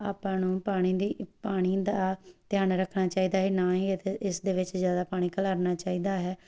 ਆਪਾਂ ਨੂੰ ਪਾਣੀ ਦੀ ਪਾਣੀ ਦਾ ਧਿਆਨ ਰੱਖਣਾ ਚਾਹੀਦਾ ਹੈ ਨਾ ਹੀ ਇਹਦੇ ਇਸਦੇ ਵਿੱਚ ਜ਼ਿਆਦਾ ਪਾਣੀ ਖਿਲਾਰਨਾ ਚਾਹੀਦਾ ਹੈ